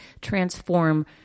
transform